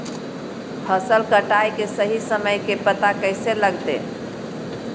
फसल कटाई के सही समय के पता कैसे लगते?